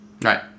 Right